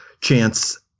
chance